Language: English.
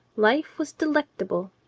life was delectable.